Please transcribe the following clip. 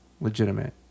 legitimate